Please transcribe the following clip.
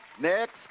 Next